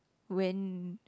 when